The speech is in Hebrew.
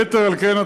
יתר על כן,